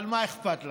אבל מה אכפת לכם,